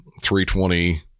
320